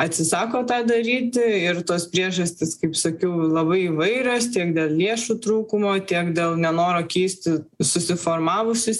atsisako tą daryti ir tos priežastys kaip sakiau labai įvairios tiek dėl lėšų trūkumo tiek dėl nenoro keisti susiformavusius